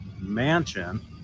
Mansion